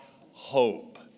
hope